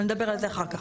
אבל נדבר על זה אחר כך.